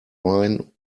wine